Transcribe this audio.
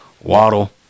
Waddle